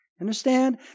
Understand